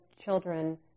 children